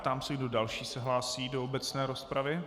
Ptám se, kdo další se hlásí do obecné rozpravy.